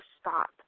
stop